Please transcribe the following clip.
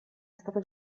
stato